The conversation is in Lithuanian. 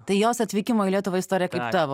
tai jos atvykimo į lietuvą istorija kaip tavo